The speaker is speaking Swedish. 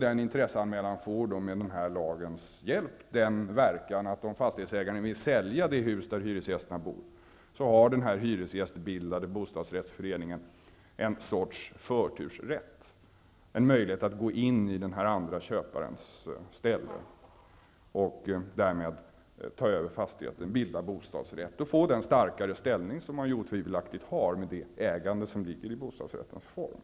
Denna intresseanmälan får med den här lagens hjälp den verkan att om fastighetsägaren vill sälja det hus där hyresgästerna bor, har den hyresgästbildade bostadsrättsföreningen en sorts förtursrätt, en möjlighet att gå in i den andra köparens ställe och därmed ta över fastigheten och få den starka ställning som man otvivelaktigt har med det ägande som ligger i bostadsrättens form.